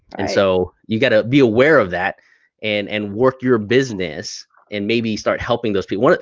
and so you got to be aware of that and and work your business and maybe start helping those people.